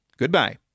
Goodbye